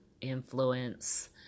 influence